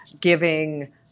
giving